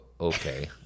okay